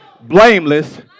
blameless